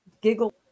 giggle